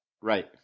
Right